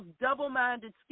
double-minded